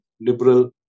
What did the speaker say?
liberal